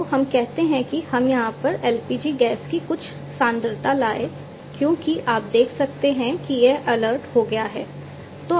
तो हम कहते हैं कि हम यहाँ पर LPG गैस की कुछ सांद्रता लाएँ क्योंकि आप देख सकते हैं कि यह अलर्ट हो गया है